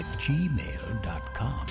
gmail.com